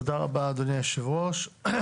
תודה רבה אדוני היושב ראש.